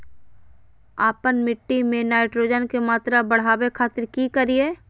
आपन मिट्टी में नाइट्रोजन के मात्रा बढ़ावे खातिर की करिय?